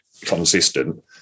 consistent